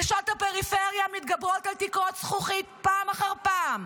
נשות הפריפריה מתגברות על תקרות זכוכית פעם אחר פעם.